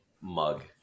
mug